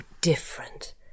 different